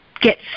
get